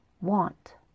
Want